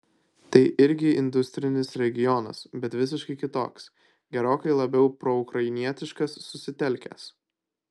tai irgi industrinis regionas bet visiškai kitoks gerokai labiau proukrainietiškas susitelkęs